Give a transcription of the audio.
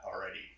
already